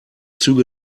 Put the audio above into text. züge